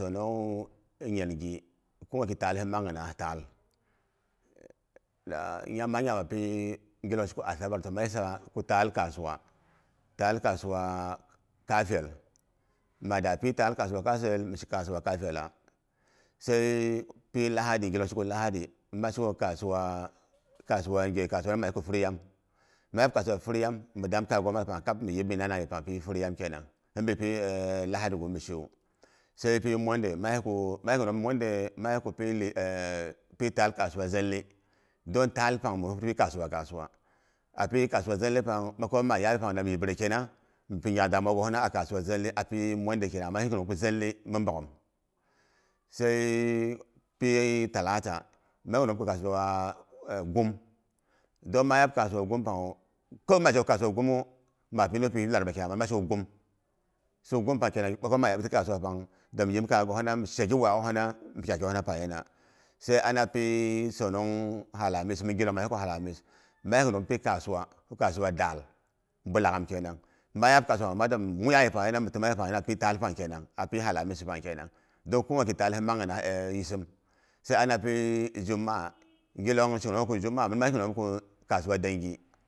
Sonong nyangi ko ngwati taal hinmang nyinang taal. Nya toh ma nyangba api gilong sheko asabar, toh ma yisa ko taal kasuwa, taal kasuwa kafel, madapi taal kasuwa kafel, mishi kafela. Sai pi lahadi gilong sheko hahadi ma sheko kasuwa ghe laa suwana ma yisa ko furyam, mi dangna kaya goma yepang kabmiyepmina nan yepang pii furyam kenang. Hinbi pi lahadi ngwu mishiwu. Sai pi monday ma yis ku pital kasuwa zali. Don taal pay mi yis sin pi kasuwa kasuwa, api kasuwa zali pang ɓakayom may da yepang da mi yip rakena. mipi gyak damuwa gohina a kasuwa zali a pi monday kenang. Ma yi nyinom ko zali mi boghom, sai pii talata, ma yis nyinom ko kasuwa gum. toh ma yap kasuwa gumpangu, kawai mazheko kasuwa gumu, mapi nupi ni larba kenang ma sheko gum. So gum pang kenan, dami yipmi kaya gohina, mi shagi waakgohina sai ana pisonong alamis ma yis ko alamis mi gilong, am hi nyinom ku suk kasuwa daal, bulagham kenang. Ma yaab kasuwa pangma dami muiya yepang he dami toma yepang, api italamispang kenang. Don kogwaki taal hinmang nyina e yisim, sai ana pi zhima'a gilong shenoko juma'a min ma yis nyinom ko kasuwa dengi